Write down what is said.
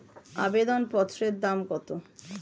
আবেদন পত্রের দাম কত?